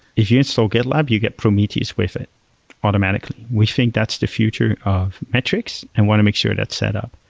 if you install gitlab, you get prometheus with it automatically. we think that's the future of metrics and want to make sure that's set up.